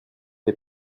des